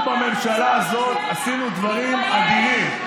אנחנו בממשלה הזאת עשינו דברים מדהימים.